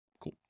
Cool